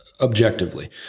objectively